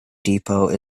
depot